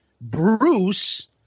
Bruce